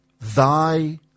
Thy